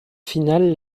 finale